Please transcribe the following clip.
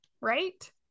right